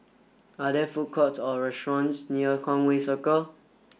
are there food courts or restaurants near Conway Circle